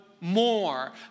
more